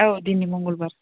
औ दिनै मंगलबार